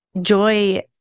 joy